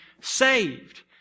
saved